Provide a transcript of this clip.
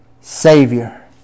Savior